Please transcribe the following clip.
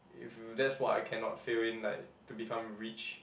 if that's why I cannot fail in like to become rich